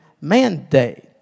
mandate